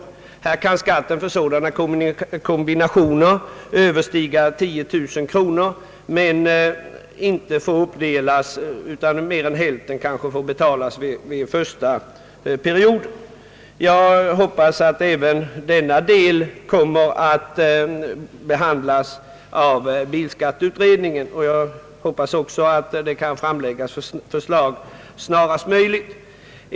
Beträffande sådana fordonskombinationer kan skatten överstiga 10000 kronor men ändå inte få uppdelas utan kanske mer än hälften måste betalas under första perioden. Jag hoppas att även denna delfråga kommer att behandlas av bilskatteutredningen, och jag hoppas också att förslag kan framläggas snarast möjligt.